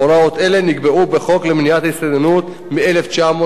הוראות אלה נקבעו בחוק למניעת הסתננות מ-1954,